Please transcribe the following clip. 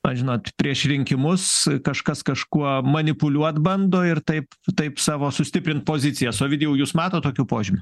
na žinot prieš rinkimus kažkas kažkuo manipuliuot bando ir taip taip savo sustiprint pozicijas ovidijau jūs matot tokių požymių